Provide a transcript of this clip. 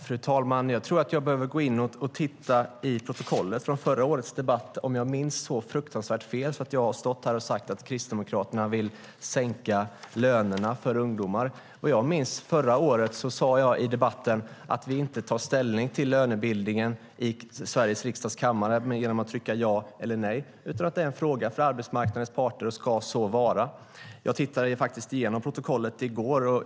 Fru talman! Jag tror att jag behöver titta i protokollet från förra årets debatt. Minns jag så fruktansvärt fel? Har jag stått här och sagt Kristdemokraterna vill sänka lönerna för ungdomar? Vad jag minns sade jag förra året i debatten att vi inte tar ställning till lönebildningen i Sveriges riksdags kammare genom att trycka ja eller nej utan att det är en fråga för arbetsmarknadens parter och ska så vara. Jag tittade faktiskt igenom protokollet i går.